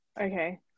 Okay